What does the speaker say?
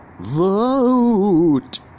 Vote